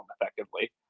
effectively